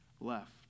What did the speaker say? left